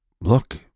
look